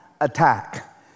attack